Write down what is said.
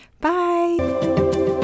Bye